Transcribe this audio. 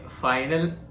Final